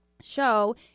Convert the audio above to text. show